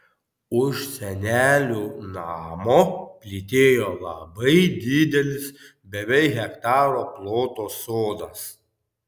už senelių namo plytėjo labai didelis beveik hektaro ploto sodas